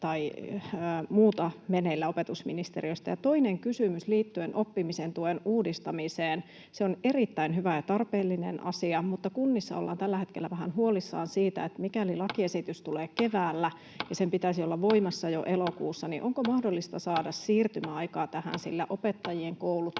tai muuta meneillään opetusministeriössä? Ja toinen kysymys liittyen oppimisen tuen uudistamiseen. Se on erittäin hyvä ja tarpeellinen asia, mutta kunnissa ollaan tällä hetkellä vähän huolissaan siitä, että mikäli lakiesitys tulee keväällä ja sen pitäisi olla voimassa jo elokuussa, niin onko mahdollista saada siirtymäaikaa tähän,